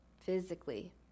physically